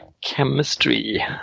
chemistry